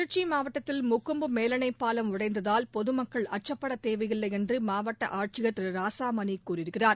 திருச்சி மாவட்டத்தில் முக்கொம்பு மேலணை பாலம் உடைந்ததால் பொதுமக்கள் அச்சுப்பட தேவையில்லை என்று மாவட்ட ஆட்சியர் திரு ராசாமணி கூறியிருக்கிறார்